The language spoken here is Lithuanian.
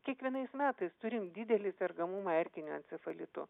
kiekvienais metais turim didelį sergamumą erkiniu encefalitu